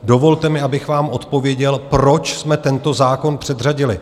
Dovolte mi, abych vám odpověděl, proč jsme tento zákon předřadili.